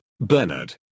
Bernard